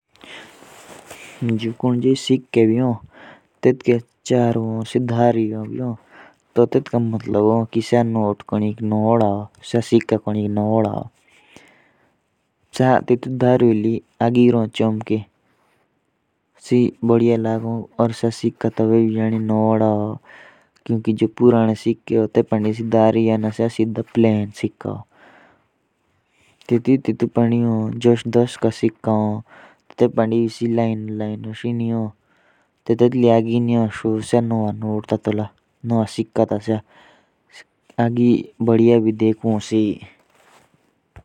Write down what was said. जो कुंजेई सिके भी हो तो तेतके चारो ओर धारिया भी ह तो तेतका मतलब या होन कि सा सिके कुनीक नोवोड़ा होन कुकी जो पुराने सिके होन तेत पंडी धारिया ना होन।